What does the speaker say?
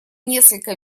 несколько